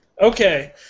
Okay